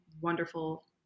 wonderful